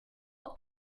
will